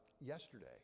Yesterday